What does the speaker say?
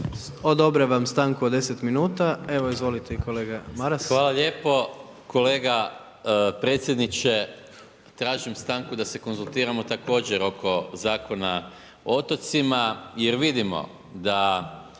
Odobravam stanku od 10 minuta. Evo izvolite i kolega Maras. **Maras, Gordan (SDP)** Hvala lijepo. Kolega predsjedniče, tražim stanku da se konzultiramo također oko Zakona o otocima jer vidimo da